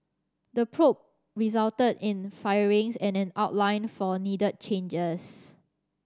the probe resulted in firings and an outline for needed changes